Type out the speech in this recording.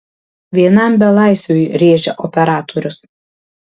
vienam belaisviui rėžia operatorius